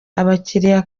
abakiriya